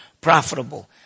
profitable